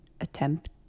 attempt